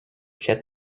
get